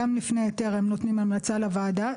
גם לפני היתר הם נותנים המלצה לוועדה,